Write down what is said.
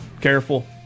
careful